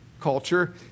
culture